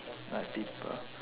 like people